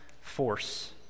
force